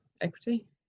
Equity